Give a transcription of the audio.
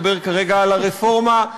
לדבר כרגע על הרפורמה,